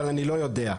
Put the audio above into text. אבל אני לא יודע.